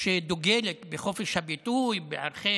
שדוגלת בחופש הביטוי, בערכי